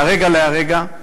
מהרגע להרגע,